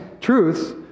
truths